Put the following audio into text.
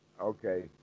Okay